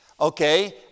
Okay